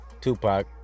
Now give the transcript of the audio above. tupac